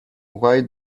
why